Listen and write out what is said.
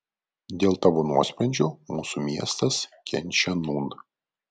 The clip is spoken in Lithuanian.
dėl tavo nuosprendžio mūsų miestas kenčia nūn